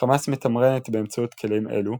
חמאס מתמרנת באמצעות כלים אלו,